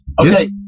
Okay